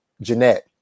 Jeanette